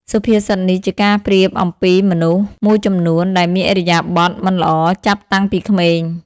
សុភាសិតនេះជាការប្រៀបអំពីមនុស្សមួយចំនួន ដែលមានឥរិយាបថមិនល្អចាប់តាំងពីក្មេង។